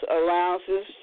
allowances